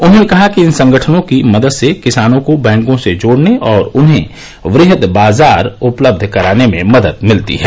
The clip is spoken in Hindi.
उन्होंने कहा कि इन संगठनों की मदद से किसानों को बैंकों से जोड़ने और उन्हें वृहद बाजार उपलब्ध कराने में मदद मिलती है